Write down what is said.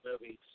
movies